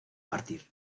partir